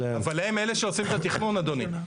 אבל הם אלה שעושים את התכנון אדוני.